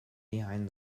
behind